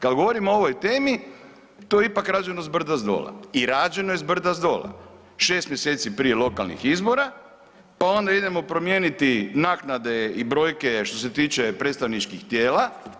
Kada govorimo o ovoj temi to je ipak rađeno s brda s dola i rađeno je s brda s dola 6 mjeseci prije lokalnih izbora, pa onda idemo promijeniti naknade i brojke što se tiče predstavničkih tijela.